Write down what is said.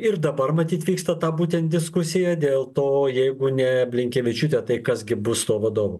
ir dabar matyt vyksta ta būtent diskusija dėl to jeigu ne blinkevičiūtė tai kas gi bus tuo vadovu